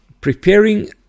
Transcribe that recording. preparing